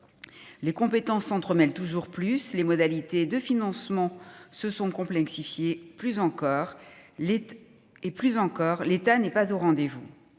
les compétences s'entremêlent toujours plus, les modalités de financement se sont complexifiées et, plus encore, l'État n'est pas au rendez-vous.